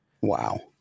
wow